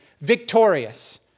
victorious